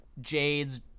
Jade's